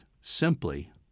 simply